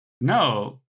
No